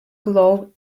glove